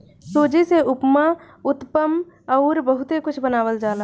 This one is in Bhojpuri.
सूजी से उपमा, उत्तपम अउरी बहुते कुछ बनावल जाला